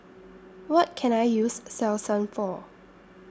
What Can I use Selsun For